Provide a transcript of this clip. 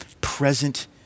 present